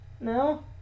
No